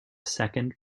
second